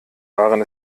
waren